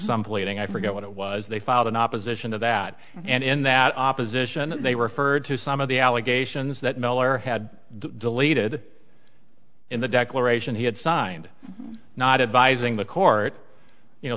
some pleading i forget what it was they filed in opposition to that and in that opposition they referred to some of the allegations that miller had deleted in the declaration he had signed not advising the court you know